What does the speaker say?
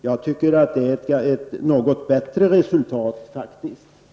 Det är faktisk ett något bättre resultat, tycker jag.